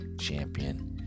champion